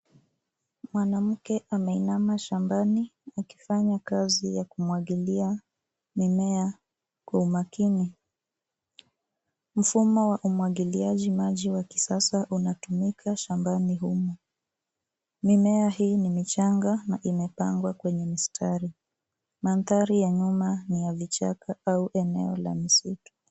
Mwanamke ameinama shambani akifanya kazi ya kumwagilia mimea kwa umakini. Mfumo wa umwagiliaji maji wa kisasa unatumika shambani humu. Mimea hii ni michanga na imepangwa kwenye mistari. Mandhari ya nyuma ni ya vichaka au eneo la misitu.